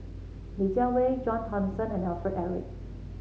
Li Jiawei John Thomson and Alfred Eric